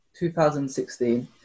2016